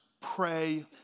pray